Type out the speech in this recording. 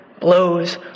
blows